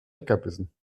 leckerbissen